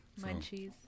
Munchies